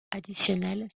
additionnelles